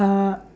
uh